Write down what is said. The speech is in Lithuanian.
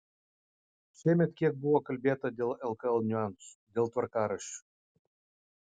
šiemet kiek buvo kalbėta dėl lkl niuansų dėl tvarkaraščių